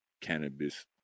cannabis